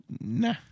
Nah